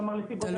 כלומר זה תלוי.